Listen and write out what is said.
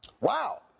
Wow